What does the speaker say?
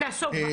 נעסוק בה,